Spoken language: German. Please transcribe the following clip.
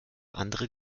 andere